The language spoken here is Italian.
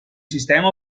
sistema